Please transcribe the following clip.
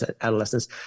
adolescents